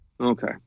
Okay